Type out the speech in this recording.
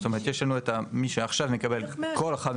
זאת אומרת יש לנו את מי שעכשיו מקבל את כל ה-חמש